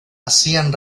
hacían